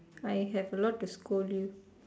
I have a lot to scold you